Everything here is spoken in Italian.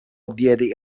diede